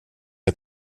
att